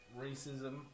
Racism